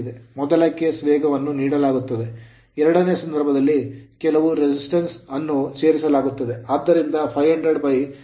ಮೊದಲ ಕೇಸ್ ವೇಗವನ್ನು ನೀಡಲಾಗುತ್ತದೆ ಎರಡನೇ ಸಂದರ್ಭದಲ್ಲಿ ಕೆಲವು resistance ಪ್ರತಿರೋಧಕ ಅನ್ನು ಸೇರಿಸಲಾಗುತ್ತದೆ